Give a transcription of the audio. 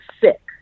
sick